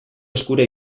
eskura